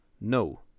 no